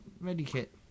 medikit